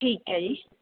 ਠੀਕ ਹੈ ਜੀ